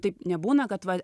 taip nebūna kad va